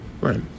Right